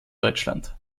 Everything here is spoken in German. deutschland